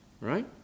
Right